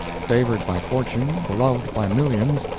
favored by fortune, beloved by millions,